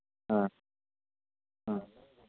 ꯑ ꯑ